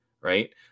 right